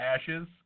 ashes